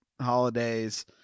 holidays